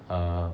err